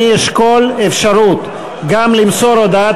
אני אשקול אפשרות גם למסור את הודעת